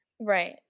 Right